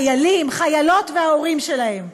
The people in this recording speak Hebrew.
חיילים, חיילות וההורים שלהם,